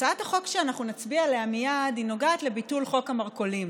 הצעת החוק שאנחנו נצביע עליה מייד נוגעת לביטול חוק המרכולים.